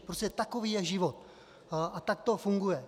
Prostě takový je život a tak to funguje.